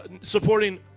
supporting